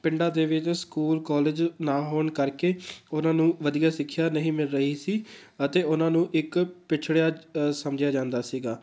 ਪਿੰਡਾਂ ਦੇ ਵਿੱਚ ਸਕੂਲ ਕੋਲੇਜ ਨਾ ਹੋਣ ਕਰਕੇ ਉਹਨਾਂ ਨੂੰ ਵਧੀਆ ਸਿੱਖਿਆ ਨਹੀਂ ਮਿਲ ਰਹੀ ਸੀ ਅਤੇ ਉਹਨਾਂ ਨੂੰ ਇੱਕ ਪਿਛੜਿਆ ਸਮਝਿਆ ਜਾਂਦਾ ਸੀਗਾ